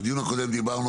בדיון הקודם דיברנו,